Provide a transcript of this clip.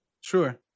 Sure